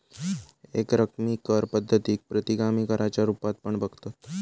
एकरकमी कर पद्धतीक प्रतिगामी कराच्या रुपात पण बघतत